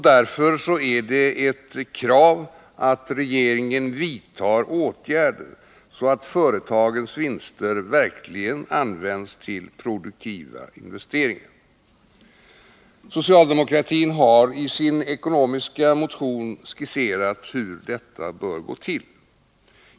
Därför är det ett krav att regeringen vidtar åtgärder så att företagens vinster verkligen används till produktiva investeringar. Socialdemokratin har i sin ekonomiska motion skisserat hur detta bör gå till.